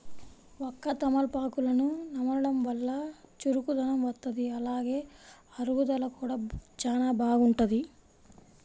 వక్క, తమలపాకులను నమలడం వల్ల చురుకుదనం వత్తది, అలానే అరుగుదల కూడా చానా బాగుంటది